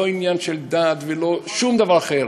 לא עניין של דת ולא שום דבר אחר,